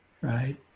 right